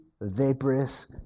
vaporous